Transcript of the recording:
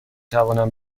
توانم